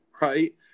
right